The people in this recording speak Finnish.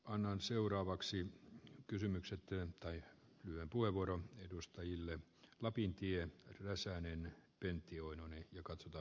annoin seuraavaksi kysymyksen työn tai vyö voi vuoron edustajille opintien rasanen pentti oinonen ja kazuto